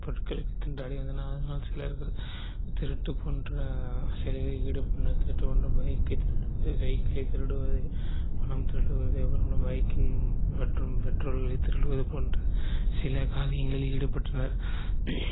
பொருட்களுக்கு திண்டாடி அதனால் சிலர்கள் திருட்டு போன்ற செயல்களில் ஈடுபடுகி பைக்கை திருடுவது சைக்கிளை திருடுவது பணம் திருடுவது அப்புறம் என்ன பைக்கின் பெட்ரோ பெட்ரோலை திருடுவது போன்ற சில காரியங்களில் ஈடுபட்டனர்